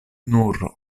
nur